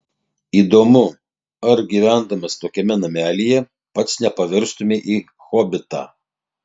įdomu ar gyvendamas tokiame namelyje pats nepavirstumei į hobitą